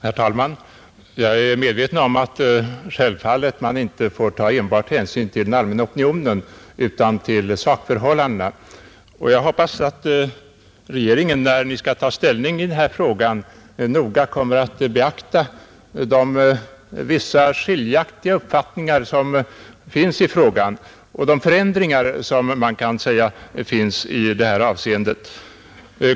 Herr talman! Jag är medveten om att man självfallet inte en bart får ta hänsyn till den allmänna opinionen utan att man skall beakta sakförhållandena. Jag hoppas också att regeringen, när den skall ta ställning till denna fråga, noga beaktar vissa skiljaktiga uppfattningar som finns och de förändringar som kan sägas ha skett.